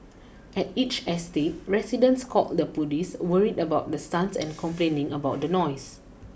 at each estate residents called the police worried about the stunts and complaining about the noise